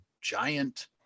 giant